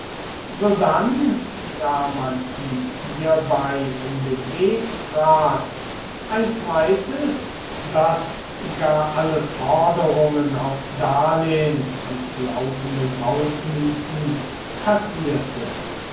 sodann da man ihm hierbei in den weg trat ein zweites das gar alle forderungen aus darlehen und laufenden hausmieten kassiert